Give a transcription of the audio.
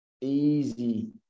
easy